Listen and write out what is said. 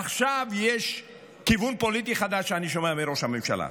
עכשיו יש כיוון פוליטי חדש שאני שומע מראש הממשלה: